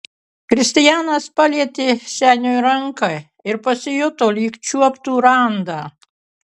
kristijanas palietė seniui ranką ir pasijuto lyg čiuoptų randą